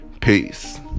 Peace